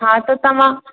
हा त तव्हां